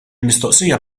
mistoqsija